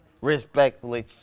Respectfully